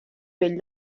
vell